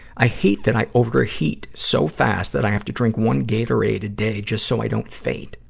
i hate that i overheat so fast that i have to drink one gatorade a day just so i don't faint.